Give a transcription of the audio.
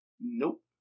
Nope